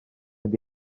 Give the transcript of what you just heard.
mynd